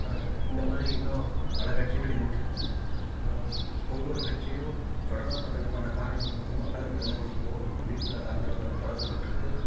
இந்த மாதிரி இன்னும் பல கட்சிகள் இருக்குது ஒவ்வொரு கட்சியும் தொடங்கப்பட்டதுக்கான காரணம் வந்து மக்களுக்கு நல்லது செய்யணும் அப்படின்ற காரணத்துனால்தான் தொடங்கப்பட்டிருக்கு